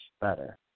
better